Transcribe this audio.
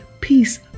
peace